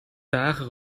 dagen